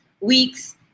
week's